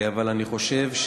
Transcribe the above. אבל אני חושב,